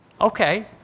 Okay